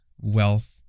wealth